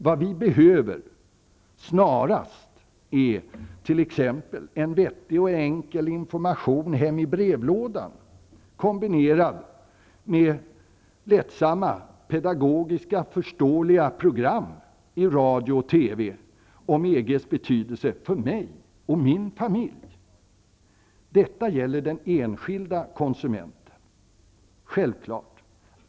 Vad vi behöver, snarast, är t.ex. en vettig och enkel information hem i brevlådan, kombinerad med lättsamma pedagogiska förståeliga program i radio och TV om EG:s betydelse för mig och min familj. Detta gäller den enskilda konsumenten, självklart.